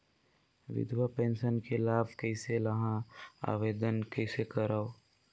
विधवा पेंशन के लाभ कइसे लहां? आवेदन कइसे करव?